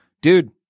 Dude